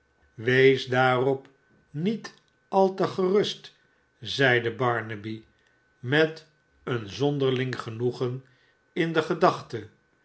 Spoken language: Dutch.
wees daarop niet alte gerust zeide barnaby met een zonderling genoegen in de gedachte